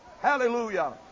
Hallelujah